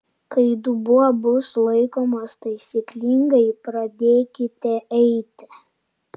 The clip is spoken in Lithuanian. kai dubuo bus laikomas taisyklingai pradėkite eiti